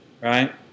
right